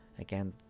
again